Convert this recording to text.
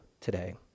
today